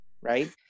Right